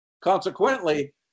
Consequently